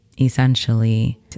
Essentially